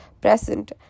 present